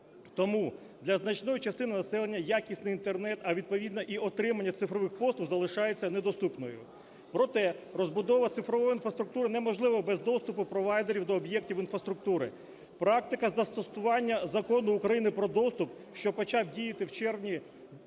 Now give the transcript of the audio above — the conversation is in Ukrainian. Тому для значної частини населення якісний Інтернет, а відповідно і отримання цифрових послуг, залишається недоступною. Проте розбудова цифрової інфраструктури неможлива без доступу провайдерів до об'єктів інфраструктури. Практика застосування Закону України про доступ, що почав діяти в червні